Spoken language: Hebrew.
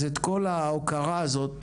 אז את כל ההוקרה הזאת,